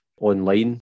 online